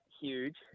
huge